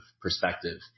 perspective